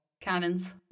cannons